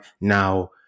now